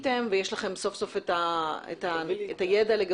יש עוד שדה --- אז רגע,